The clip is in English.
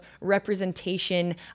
representation